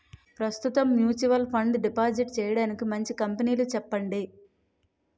ప్రస్తుతం mutual fund deposit చేయడానికి మంచి కంపెనీలు చెప్పండి